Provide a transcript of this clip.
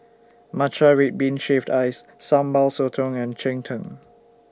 Matcha Red Bean Shaved Ice Sambal Sotong and Cheng Tng